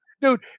Dude